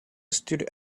stood